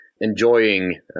enjoying